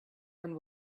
and